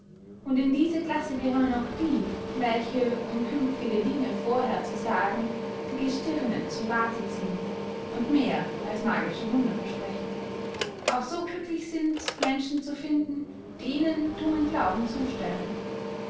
und in diese classe gehören auch die welche um künftige dinge vorher zu sagen die gestirne zu rathe ziehen und mehr als magische wunder versprechen auch so glücklich sind menschen zu finden die ihnen tummen glauben zustellen